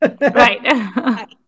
Right